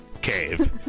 Cave